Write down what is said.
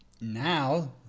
now